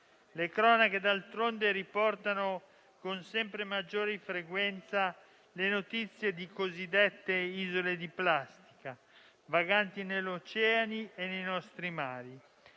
Le cronache, d'altronde, riportano con sempre maggiore frequenza le notizie di cosiddette isole di plastica vaganti negli oceani e nei nostri mari,